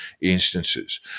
instances